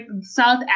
South